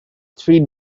three